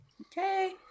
Okay